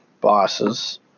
bosses